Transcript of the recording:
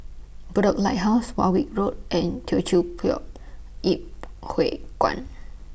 Bedok Lighthouse Warwick Road and Teochew Poit Ip Huay Kuan